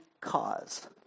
cause